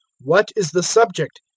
what is the subject,